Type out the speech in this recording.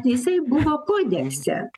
jisai buvo kodekse